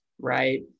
right